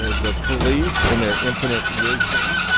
the police, in their infinite wisdom,